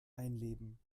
einleben